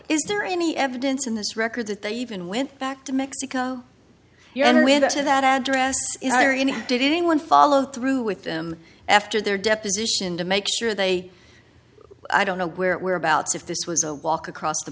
is there any evidence in this record that they even went back to mexico and we have got to that address did anyone follow through with them after their deposition to make sure they i don't know where abouts if this was a walk across the